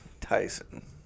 Tyson